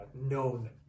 known